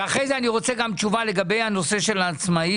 ואחרי זה אני רוצה גם תשובה לגבי הנושא של העצמאים,